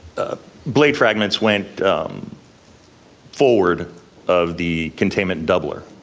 ah blade fragments went forward of the containment doubler.